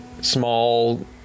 small